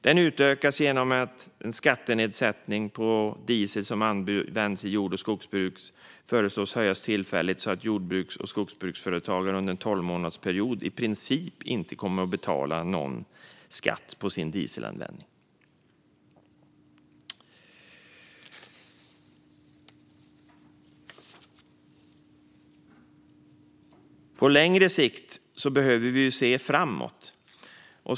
Den utökas genom att skattenedsättningen för diesel som används i jord och skogsbruk föreslås höjas tillfälligt så att jordbruks och skogsbruksföretagare under en tolvmånadersperiod i princip inte kommer att betala någon skatt på sin dieselanvändning. På längre sikt behöver vi se framåt.